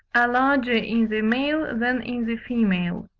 are larger in the male than in the female.